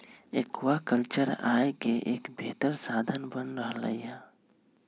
aquaculture आय के एक बेहतर साधन बन रहले है